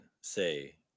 say